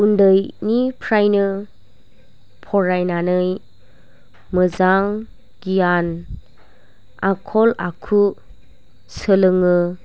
उन्दैनिफ्रायनो फरायनानै मोजां गियान आखल आखु सोलोङो